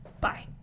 Bye